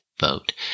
vote